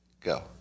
Go